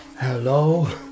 Hello